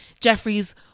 Jeffrey's